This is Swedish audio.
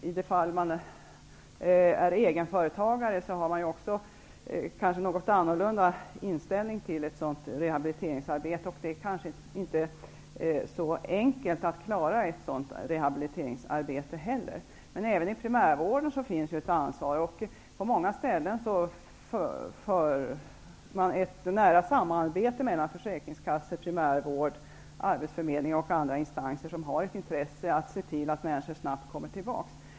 I det fall man är egenföretagare har man ju också en kanske något annorlunda inställning till ett sådant rehabiliteringsarbete. Det är kanske heller inte så enkelt att klara av ett sådant rehabiliteringsarbete. Även i primärvården finns ett ansvar. På många ställen finns det ett nära samarbete mellan försäkringskassor, primärvård, arbetsförmedling och andra instanser som har ett intresse att se till att människor snabbt kommer tillbaka.